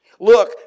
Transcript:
Look